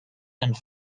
and